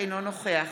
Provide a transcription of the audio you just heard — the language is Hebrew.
אינו נוכח